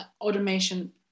automation